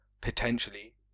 Potentially